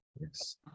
Yes